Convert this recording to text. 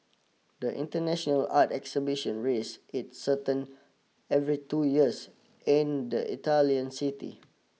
the international art exhibition raise its certain every two years in the Italian city